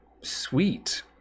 sweet